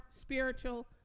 spiritual